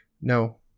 no